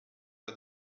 pas